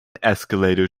escalator